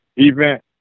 Event